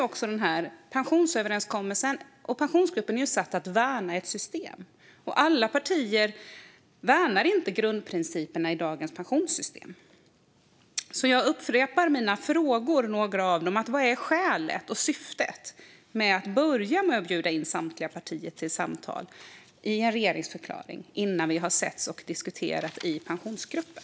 Avsikten med pensionsöverenskommelsen och Pensionsgruppen är att värna ett system. Men det är inte alla partier som värnar grundprinciperna i dagens pensionssystem. Jag upprepar därför några av mina frågor. Vad är skälet till och syftet med att i en regeringsförklaring, innan vi har setts och diskuterat i Pensionsgruppen, börja med att bjuda in samtliga partier till samtal?